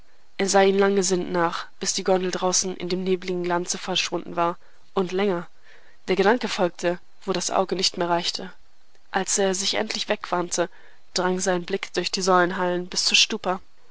er sah ihnen lange sinnend nach bis die gondel draußen in dem nebeligen glanze verschwunden war und länger der gedanke folgte wo das auge nicht mehr reichte als er sich endlich wegwandte drang sein blick durch die säulenhallen bis zur stupa